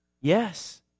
Yes